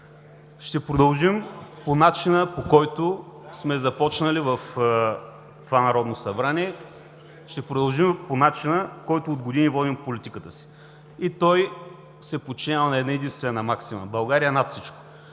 Ще продължим по начина, по който сме започнали в това Народно събрание. Ще продължим по начина, по който от години водим политиката си. Той се подчинява на една- единствена максима – България над всичко!